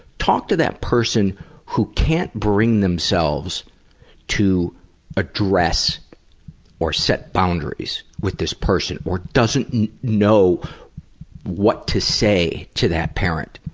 talk to that person who can't bring themselves to address or set boundaries with this person, or doesn't know what to say to that parent,